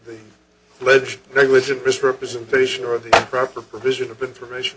the pledge negligent misrepresentation or the proper provision of information